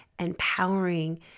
empowering